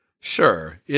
Sure